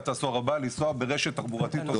העשור הבא לנסוע ברשת תחבורתית טובה.